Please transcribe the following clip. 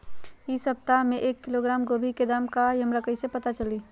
इ सप्ताह में एक किलोग्राम गोभी के दाम का हई हमरा कईसे पता चली?